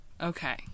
Okay